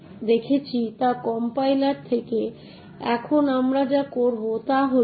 এবং সেই নির্দিষ্ট কক্ষে নিজের উপস্থিতি রয়েছে কিনা তা নির্ধারণ করে পরীক্ষা করা হয়